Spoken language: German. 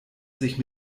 sich